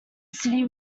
city